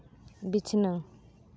ᱵᱤᱪᱷᱱᱟᱹ